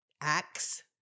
acts